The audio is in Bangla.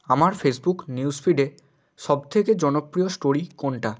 আমার ফেসবুক নিউজ ফিডে সবথেকে জনপ্রিয় স্টোরি কোনটা